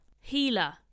healer